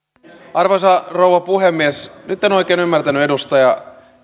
arvoisa rouva puhemies nyt en oikein ymmärtänyt edustaja